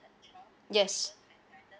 yes